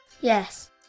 Yes